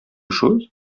chose